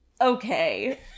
Okay